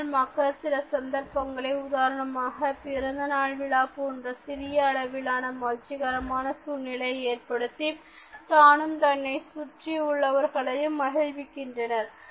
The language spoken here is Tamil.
அதனால் மக்கள் சில சந்தர்ப்பங்களை உதாரணமாக பிறந்தநாள் விழா போன்ற சிறிய அளவிலான மகிழ்ச்சிகரமான சூழ்நிலை ஏற்படுத்தி தானும் தன்னைச் சுற்றி உள்ளவர்களையும் மகிழ்விக்கின்றனர்